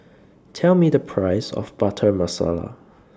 Tell Me The Price of Butter Masala